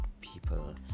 people